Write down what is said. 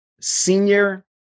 senior